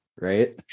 right